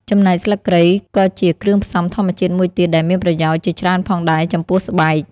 ចំណែកស្លឹកគ្រៃក៏ជាគ្រឿងផ្សំធម្មជាតិមួយទៀតដែលមានប្រយោជន៍ជាច្រើនផងដែរចំពោះស្បែក។